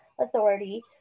authority